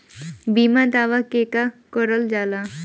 बीमा दावा केगा करल जाला?